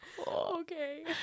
okay